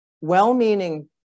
well-meaning